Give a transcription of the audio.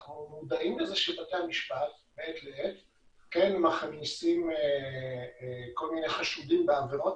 אנחנו מודעים לכך שבתי המשפט מעת לעת כן מכניסים כל מיני חשודים בעבירות